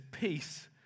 peace